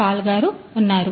Paul గారు ఉన్నారు